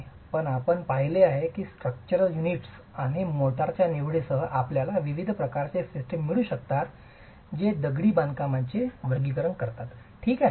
तर आपण आधीच पाहिले आहे की स्ट्रक्चरल युनिट्स आणि मोर्टारच्या निवडीसह आपल्याला विविध प्रकारचे सिस्टम मिळू शकतात जे दगडी बांधकामाचे वर्गीकरण करतात ठीक आहे